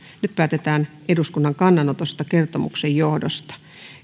nyt päätetään eduskunnan kannanotosta kertomuksen johdosta